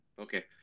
okay